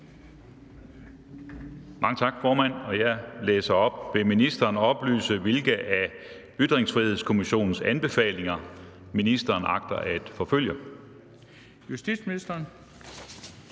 Mange tak, formand. Jeg læser op: Vil ministeren oplyse, hvilke af Ytringsfrihedskommissionens anbefalinger som ministeren agter at forfølge? Kl. 13:40 Den